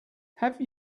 have